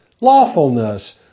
lawfulness